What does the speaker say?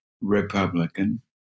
Republican